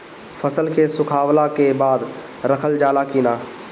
फसल के सुखावला के बाद रखल जाला कि न?